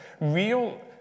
real